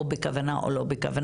או בכוונה או לא בכוונה,